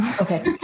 Okay